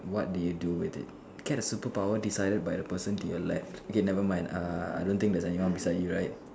what did you do with it get a new superpower decided by the person to your left okay never mind uh I don't think there is any one beside you right